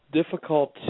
difficult